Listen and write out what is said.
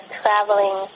traveling